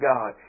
God